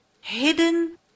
Hidden